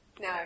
No